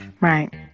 Right